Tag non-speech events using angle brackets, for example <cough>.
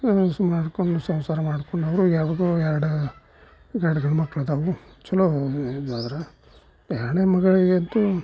<unintelligible> ಸಂಸಾರ ಮಾಡಿಕೊಂಡು ಅವರು ಯಾವುದೋ ಎರಡು ಗಂಡು ಗಂಡು ಮಕ್ಳು ಅದಾವು ಚಲೋ ಇದು ಮಾತ್ರ ಎರಡನೇ ಮಗಳಿಗಂತೂ